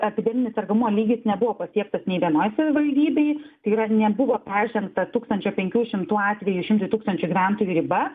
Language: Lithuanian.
epideminis sergamuo lygis nebuvo pasiektas nė vienoj savivaldybėj tai yra nebuvo peržengta tūkstančio penkių šimtų atvejų šimtui tūkstančiui gyventojų riba